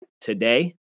today